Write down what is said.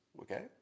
okay